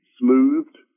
smoothed